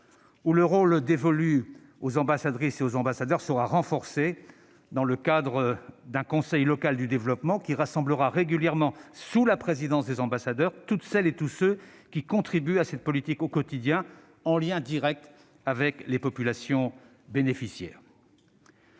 où le rôle dévolu aux ambassadrices et ambassadeurs sera renforcé, dans le cadre d'un conseil local du développement qui rassemblera régulièrement, sous leur présidence, toutes celles et tous ceux qui contribuent à cette politique au quotidien, en lien direct avec les populations bénéficiaires.